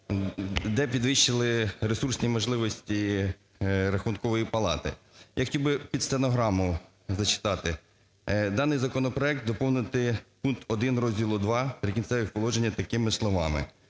де підвищили ресурсні можливості Рахункової палати. Я хотів би під стенограму зачитати. Даний законопроект доповнити пункт 1 розділу ІІ "Прикінцеві положення" такими словами: